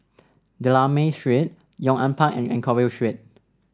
D'Almeida Street Yong An Park and Anchorvale Street